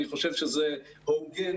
אני חושב שזה הוגן,